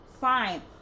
Fine